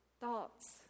thoughts